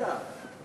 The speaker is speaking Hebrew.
בטח.